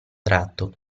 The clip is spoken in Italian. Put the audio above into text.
tratto